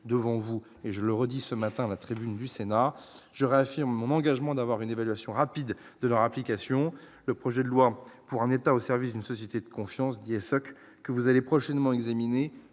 devant vous et je le redis ce matin à la tribune du Sénat je réaffirme moment engagement d'avoir une évaluation rapide de leur application, le projet de loi pour un État au service d'une société de confiance des sacs que vous allez prochainement examiné